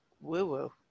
woo-woo